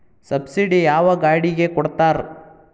Subsidy ಯಾವ ಗಾಡಿಗೆ ಕೊಡ್ತಾರ?